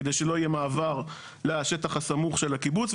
כדי שלא יהיה מעבר לשטח הסמוך של הקיבוץ.